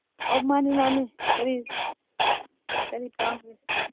ꯑꯧ ꯃꯥꯅꯦ ꯃꯥꯅꯦ ꯀꯔꯤ ꯀꯔꯤ ꯄꯥꯝꯒꯦ